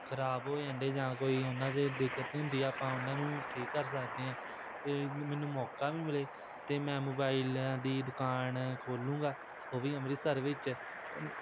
ਖਰਾਬ ਹੋ ਜਾਂਦੇ ਜਾਂ ਕੋਈ ਉਹਨਾਂ ਦੇ ਦਿੱਕਤ ਹੁੰਦੀ ਆ ਆਪਾਂ ਉਹਨਾਂ ਨੂੰ ਠੀਕ ਕਰ ਸਕਦੇ ਹਾਂ ਅਤੇ ਮੈਨੂੰ ਮੌਕਾ ਵੀ ਮਿਲੇ ਤਾਂ ਮੈਂ ਮੋਬਾਈਲਾਂ ਦੀ ਦੁਕਾਨ ਖੋਲੂੰਗਾ ਉਹ ਵੀ ਅੰਮ੍ਰਿਤਸਰ ਵਿੱਚ